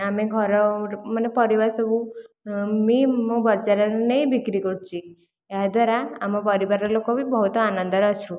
ଆମେ ଘର ଗୋଟିଏ ମାନେ ପରିବା ସବୁ ବି ମୁଁ ବଜାରରେ ନେଇ ବିକ୍ରି କରୁଛି ଏହା ଦ୍ଵାରା ଆମ ପରିବାର ଲୋକ ବି ବହୁତ ଆନନ୍ଦରେ ଅଛୁ